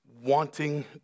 wanting